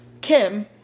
Kim